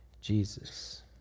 Jesus